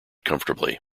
comfortably